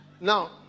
now